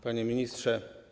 Panie Ministrze!